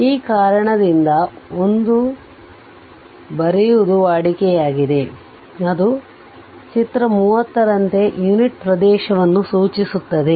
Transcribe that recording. ಈ ಕಾರಣದಿಂದ 1 ಬರೆಯುವುದು ವಾಡಿಕೆಯಾಗಿದೆ ಅದು ಚಿತ್ರ 30 ರಂತೆ ಯುನಿಟ್ ಪ್ರದೇಶವನ್ನು ಸೂಚಿಸುತ್ತದೆ